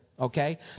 Okay